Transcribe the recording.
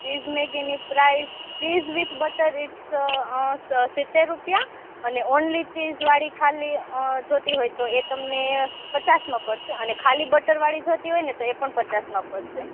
cheese મેગીની price cheese with butter it's સીત્તેર રૂપિયા અને ઓનલી ચીઝવાળી ખાલી જોઈતી હોય તો એ તમને પચાસમાં પડશે અને ખાલી બટરવાળી જોઈતી હોય ને તો એ પણ પચાસમાં પડશે